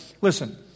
listen